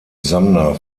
sander